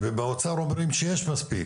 ובאוצר אומרים שיש מספיק,